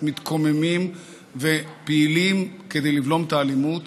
מתקוממים ופעילים כדי לבלום את האלימות.